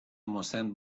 مسن